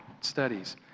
studies